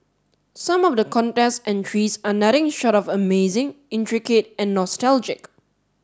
some of the contest entries are nothing short of amazing intricate and nostalgic